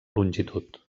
longitud